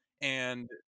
And-